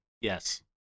yes